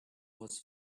was